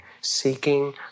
seeking